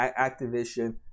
Activision